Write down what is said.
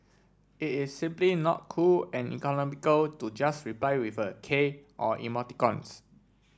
it is simply not cool and economical to just reply with a K or emoticons